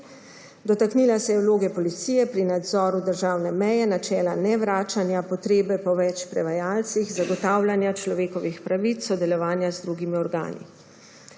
Dotaknila se je vloge policije pri nadzoru državne meje, načela nevračanja, potrebe po več prevajalcih, zagotavljanja človekovih pravic, sodelovanja z drugimi organi.